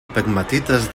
pegmatites